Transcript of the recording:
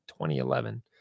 2011